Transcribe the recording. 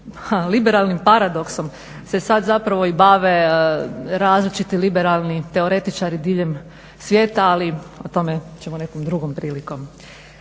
liberalnim paradoksom se sad zapravo i bave različiti liberalni teoretičari diljem svijeta, ali o tome ćemo nekom drugom prilikom.